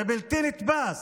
זה בלתי נתפס,